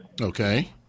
Okay